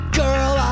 girl